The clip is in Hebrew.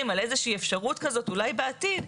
על איזה שהיא אפשרות כזאת אולי בעתיד,